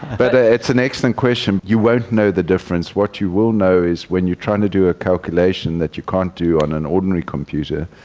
but it's an excellent question. you won't know the difference. what you will know is when you're trying to do a calculation calculation that you can't do on an ordinary computer,